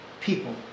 people